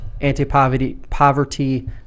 anti-poverty